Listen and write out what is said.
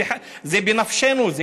זה בנפשנו,